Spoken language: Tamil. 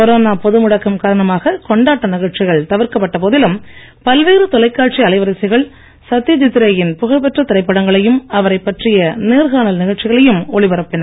கொரோனா பொதுமுடக்கம் காரணமாக கொண்டாட்ட நிகழ்ச்சிகள் தவிர்க்கப்பட்ட போதிலும் பல்வேறு தொலைக்காட்சி அலைவரிசைகள் சத்யஜித் ரே யின் புகழ்பெற்ற திரைப்படங்களையும் அவரைப் பற்றிய நேர்காணல் நிகழ்ச்சிகளையும் ஒளிபரப்பின